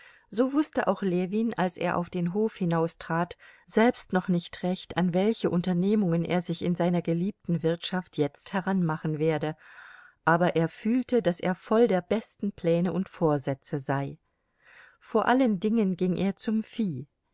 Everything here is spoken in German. so wußte auch ljewin als er auf den hof hinaustrat selbst noch nicht recht an welche unternehmungen er sich in seiner geliebten wirtschaft jetzt heranmachen werde aber er fühlte daß er voll der besten pläne und vorsätze sei vor allen dingen ging er zum vieh